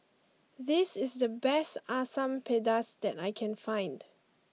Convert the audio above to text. this is the best Asam Pedas that I can find